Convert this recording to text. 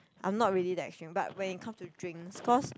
I'm not really that extreme but when it comes to drinks cause